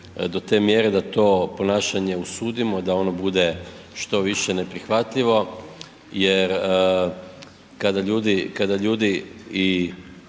do te mjere da to ponašanje osudimo, da ono bude što više neprihvatljivo jer kada ljudi i